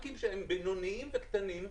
הבנקים שהם בינוניים וקטנים,